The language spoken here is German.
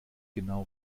genau